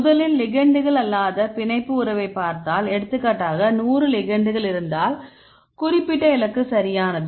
முதலில் லிகெண்ட்கள் அல்லாத பிணைப்பு உறவைப் பெற்றால் எடுத்துக்காட்டாக 100 லிகெண்ட்கள் இருந்தால் குறிப்பிட்ட இலக்கு சரியானது